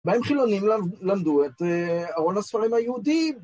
פעם חילונים למדו את ארון הספרים היהודים.